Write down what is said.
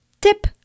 tip